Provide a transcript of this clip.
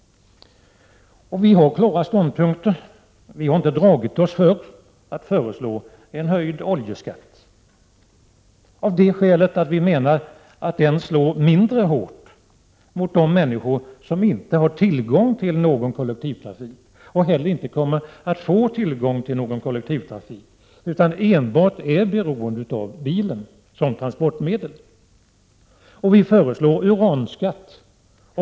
Vi har klara ståndpunkter. Vi har inte dragit oss för att föreslå en höjning av oljeskatten, eftersom vi anser att den slår mindre hårt mot de människor som inte har tillgång till kollektivtrafik och inte heller kommer att få tillgång till någon, utan är helt beroende av bilen som transportmedel. Vi föreslår också en uranskatt.